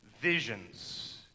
visions